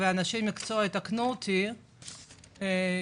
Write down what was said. יתקנו אותי אנשי המקצוע אם אני טועה,